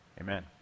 Amen